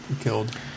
killed